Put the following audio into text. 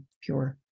pure